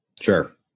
Sure